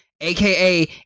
aka